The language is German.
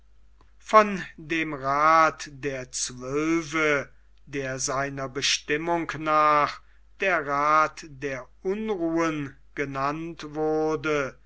von dem rath der zwölfe der seiner bestimmung nach der rath der unruhen genannt wurde